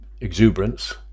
exuberance